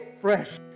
fresh